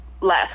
less